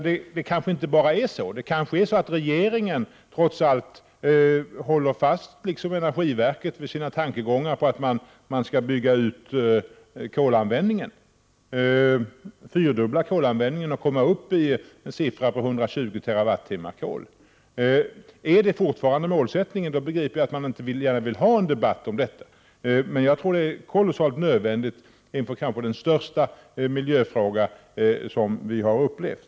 Det kanske är så att regeringen trots allt håller fast, liksom energiverket, vid tankarna på att man skall bygga ut kolanvändningen — fyrdubbla den och komma upp i 120 TWh. Om det fortfarande är målsättningen, då begriper jag att man inte gärna vill ha en debatt om detta. Men jag tror att det är absolut nödvändigt med en sådan debatt inför den kanske största miljöfråga som vi har upplevt.